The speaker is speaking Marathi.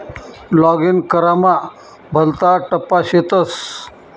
लॉगिन करामा भलता टप्पा शेतस